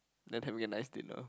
then having a nice dinner